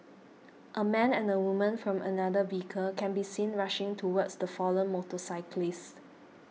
a man and a woman from another vehicle can be seen rushing towards the fallen motorcyclist